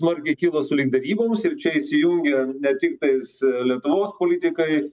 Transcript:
smarkiai kilo sulig deryboms ir čia įsijungė ne tiktais lietuvos politikai